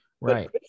Right